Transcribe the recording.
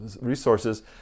resources